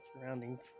surroundings